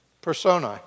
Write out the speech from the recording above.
Personae